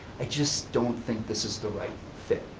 i just don't think this is the right fit,